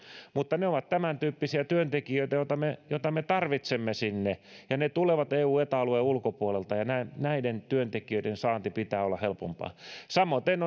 tämän tyyppisiä työntekijöitä me tarvitsemme sinne ja ne tulevat eu ja eta alueen ulkopuolelta ja näiden työntekijöiden saannin pitää olla helpompaa samaten